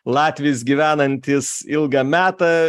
latvis gyvenantis ilgą metą